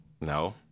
No